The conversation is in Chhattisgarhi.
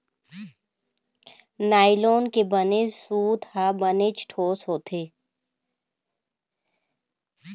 नायलॉन के बने सूत ह बनेच ठोस होथे